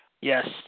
Yes